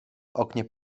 oknie